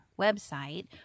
website